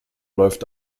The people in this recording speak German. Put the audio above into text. läuft